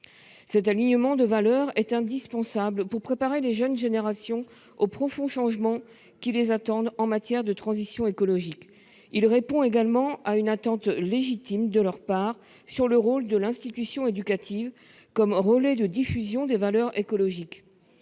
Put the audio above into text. Cet alignement de valeurs est indispensable pour préparer les jeunes générations aux profonds changements qui les attendent en matière de transition écologique. Il répond également à une attente légitime de leur part sur le rôle de l'institution éducative comme relais de diffusion des valeurs écologiques.